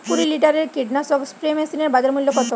কুরি লিটারের কীটনাশক স্প্রে মেশিনের বাজার মূল্য কতো?